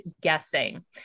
guessing